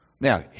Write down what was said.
Now